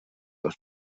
dos